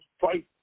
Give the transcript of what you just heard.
fight